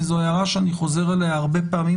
וזו הערה שאני חוזר עליה הרבה פעמים,